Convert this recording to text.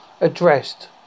addressed